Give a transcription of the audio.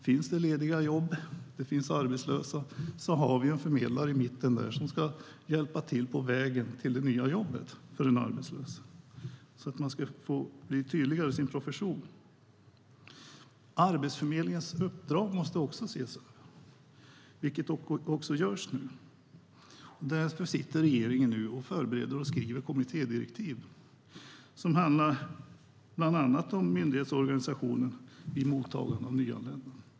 Finns det lediga jobb och arbetslösa har vi en förmedlare i mitten som ska hjälpa till på vägen till det nya jobbet för en arbetslös. Arbetsförmedlarna ska få bli tydligare i sin profession. Även Arbetsförmedlingens uppdrag måste ses över, vilket också görs nu. Därför sitter regeringen nu och förbereder och skriver kommittédirektiv som bland annat handlar om myndighetsorganisationen vid mottagandet av nyanlända.